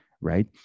right